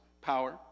power